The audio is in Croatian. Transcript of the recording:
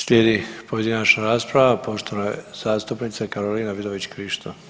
Slijedi pojedinačna rasprava poštovane zastupnice Karoline Vidović Krišto.